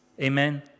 Amen